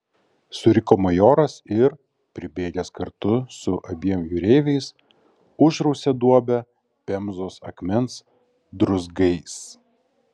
suriko majoras ir pribėgęs kartu su abiem jūreiviais užrausė duobę pemzos akmens druzgais